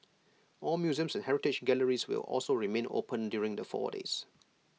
all museums and heritage galleries will also remain open during the four days